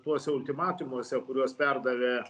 tuose ultimatumuose kuriuos perdavė